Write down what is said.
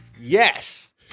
Yes